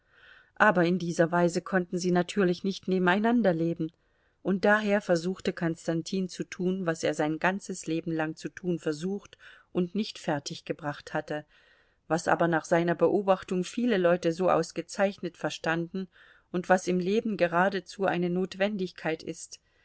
aber in dieser weise konnten sie natürlich nicht nebeneinander leben und daher versuchte konstantin zu tun was er sein ganzes leben lang zu tun versucht und nicht fertiggebracht hatte was aber nach seiner beobachtung viele leute so ausgezeichnet verstanden und was im leben geradezu eine notwendigkeit ist